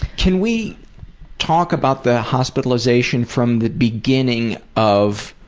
can we talk about the hospitalization from the beginning of